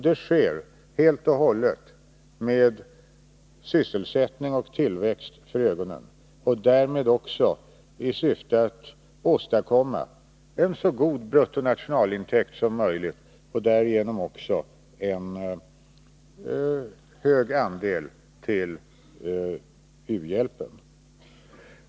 Det har helt och hållet skett med sysselsättning och tillväxt för ögonen — och därmed också i syfte att åstadkomma en så god bruttonationalintäkt som möjligt och därigenom även en hög andel till u-hjälpen.